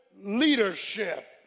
leadership